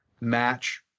match